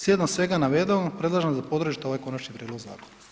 Slijedom svega navedenog, predlažem da podržite ovaj konačni prijedlog zakona.